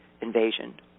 invasion